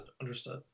understood